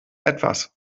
etwas